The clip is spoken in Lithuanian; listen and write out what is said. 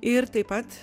ir taip pat